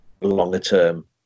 longer-term